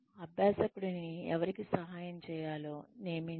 అభ్యాసకుడుని ఎవరికి సహాయం చేయాలో నియమించండి